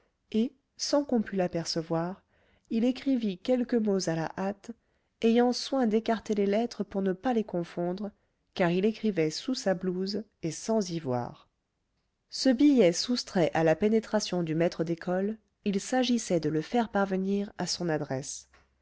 et sans qu'on pût l'apercevoir il écrivit quelques mots à la hâte ayant soin d'écarter les lettres pour ne pas les confondre car il écrivait sous sa blouse et sans y voir ce billet soustrait à la pénétration du maître d'école il s'agissait de le faire parvenir à son adresse